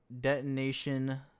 Detonation